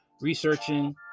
researching